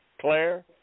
Claire